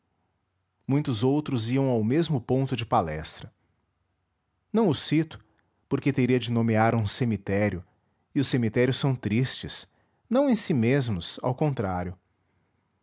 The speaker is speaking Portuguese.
muitos outros iam ao mesmo ponto de palestra não os cito porque teria de nomear um cemitério e os cemitérios são tristes não em si mesmos ao contrário